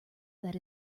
that